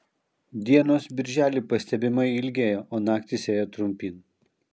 dienos birželį pastebimai ilgėjo o naktys ėjo trumpyn